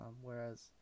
Whereas